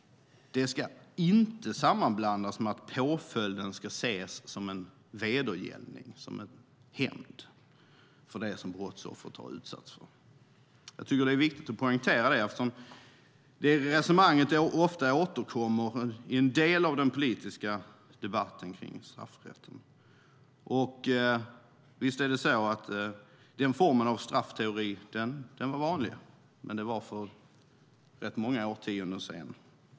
Det ska inte sammanblandas med att påföljden ska ses som en vedergällning, som en hämnd, för det som brottsoffret har utsatts för. Jag tycker att det är viktigt att poängtera det, eftersom det resonemanget är ofta återkommande i en del av den politiska debatten om straffrätten. Visst var den formen av straffteori var vanlig för rätt många årtionden sedan.